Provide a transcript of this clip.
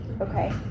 okay